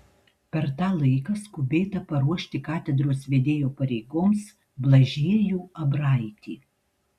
per tą laiką skubėta paruošti katedros vedėjo pareigoms blažiejų abraitį